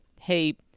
hey